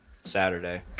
Saturday